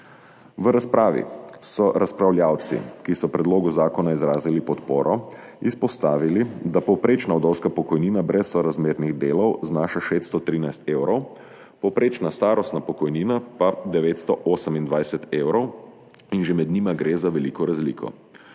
V razpravi so razpravljavci, ki so predlogu zakona izrazili podporo, izpostavili, da povprečna vdovska pokojnina brez sorazmernih delov znaša 613 evrov, povprečna starostna pokojnina pa 928 evrov in že med njima gre za veliko razliko.